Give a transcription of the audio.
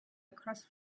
across